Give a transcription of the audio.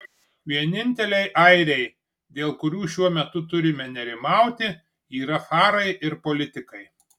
vieninteliai airiai dėl kurių šiuo metu turime nerimauti yra farai ir politikai